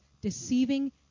deceiving